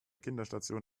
kinderstation